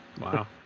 Wow